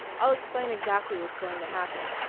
i'll explain exactly what's going to happen.